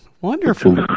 wonderful